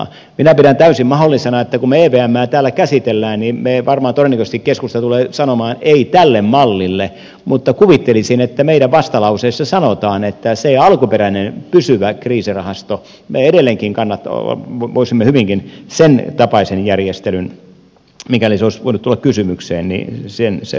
minä pidän täysin mahdollisena että kun me täällä käsittelemme evmää todennäköisesti keskusta tulee sanomaan ei tälle mallille mutta kuvittelisin että meidän vastalauseessamme sanotaan että alkuperäisen pysyvän kriisirahaston tapaisen järjestelyn me edelleenkin voisimme hyvinkin mikäli se olisi voinut tulla kysymykseen hyväksyä